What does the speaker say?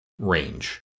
range